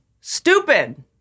stupid